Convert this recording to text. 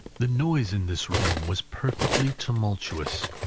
the noise in this room was perfectly tumultuous,